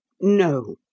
no